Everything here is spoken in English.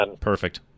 Perfect